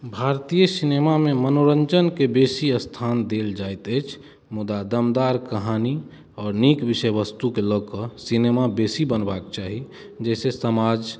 भारतीय सिनेमामे मनोरञ्जनके बेसी स्थान देल जाइत अछि मुदा दमदार कहानी आओर नीक विषयवस्तुके लऽ कऽ सिनेमा बेसी बनबाके चाही जाहिसँ समाज